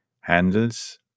handles